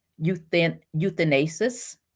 euthanasis